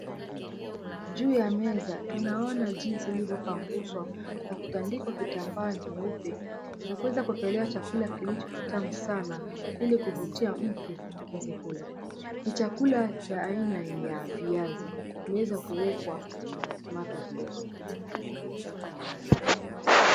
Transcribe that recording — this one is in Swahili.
Juu ya meza tunaona jinsi ilivyopanguswa na kutandikwa kitambaa nyeupe na kuweza kuangalia chakula kilicho kitamu sana ili kuvutia mtu aweze kula. Ni chakula cha aina ya viazi nimeweza kuwekwa tomato sauce.